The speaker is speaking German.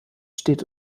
steht